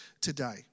today